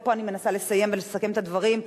ופה אני מנסה לסיים ולסכם את הדברים,